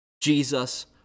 Jesus